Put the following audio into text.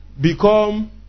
become